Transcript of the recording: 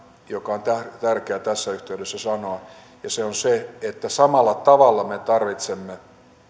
joka on tärkeä tässä yhteydessä sanoa ja se on se että samalla tavalla me tarvitsemme